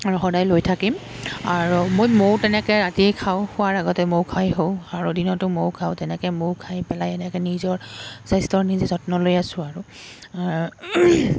আৰু সদায় লৈ থাকিম আৰু মই মৌ তেনেকৈ ৰাতি খাওঁ শোৱাৰ আগতে মৌ খাই হওঁ আৰু দিনতো মৌ খাওঁ তেনেকৈ মৌ খাই পেলাই এনেকৈ নিজৰ স্বাস্থ্যৰ নিজে যত্ন লৈ আছোঁ আৰু